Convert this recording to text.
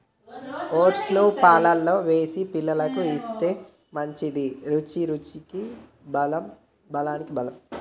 oats ను పాలల్లో వేసి పిల్లలకు ఇస్తే మంచిది, రుచికి రుచి బలానికి బలం